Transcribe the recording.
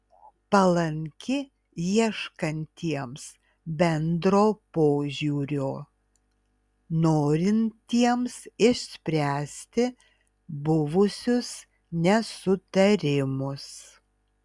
palanki ieškantiems bendro požiūrio norintiems išspręsti buvusius nesutarimus